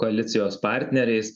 koalicijos partneriais